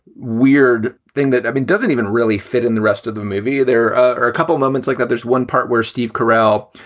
weird thing that, i mean, doesn't even really fit in the rest of the movie. there are a couple of moments like that. there's one part where steve carell.